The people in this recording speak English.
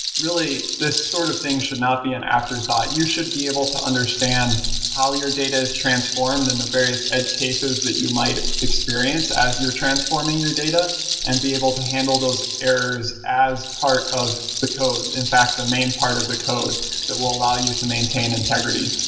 really, this sort of thing should not be an afterthought. you should be able to understand how your data is transformed and the various educases that you might experience as you're transforming your data and be able to handle those errors as part of the code. in fact, the main part of the code that will allow you to maintain integrity.